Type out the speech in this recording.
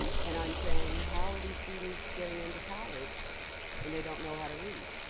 um and i'm saying, how are these students getting into college and they don't know how to read,